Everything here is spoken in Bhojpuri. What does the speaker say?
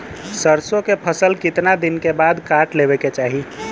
सरसो के फसल कितना दिन के बाद काट लेवे के चाही?